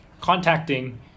contacting